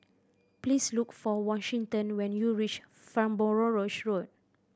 please look for Washington when you reach Farnborough Road